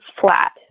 flat